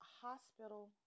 hospital